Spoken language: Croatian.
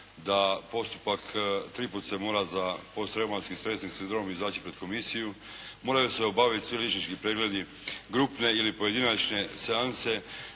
da postupak tri puta se mora za postreumatskim stresni sindrom izaći pred komisiju. Moraju se obaviti svi liječnički pregledi, grupne ili pojedinačne seanse,